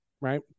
right